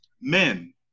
men